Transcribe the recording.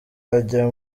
ajya